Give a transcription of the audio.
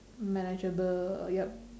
manageable yup